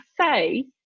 say